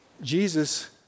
Jesus